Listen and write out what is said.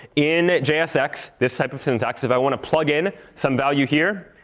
in jsx, this type of syntax if i want to plug in some value here,